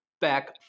back